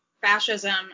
fascism